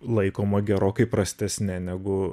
laikoma gerokai prastesne negu